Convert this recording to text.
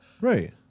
right